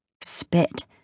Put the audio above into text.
spit